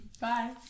Bye